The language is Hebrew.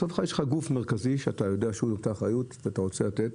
ובסוף יש לך גוף מרכזי שאתה יודע שלוקח אחריות ואתה רוצה לתת,